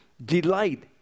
delight